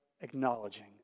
acknowledging